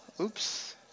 oops